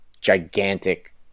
gigantic